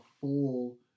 full